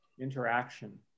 Interaction